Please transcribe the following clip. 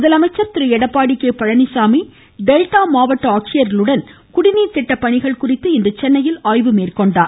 முதலமைச்சர் திரு Edappadi K Palaniswami delta மாவட்ட ஆட்சியர்களுடன் குடிநீர் திட்டபணிகள் குறித்து இன்று சென்னையில் ஆய்வு மேற்கொண்டார்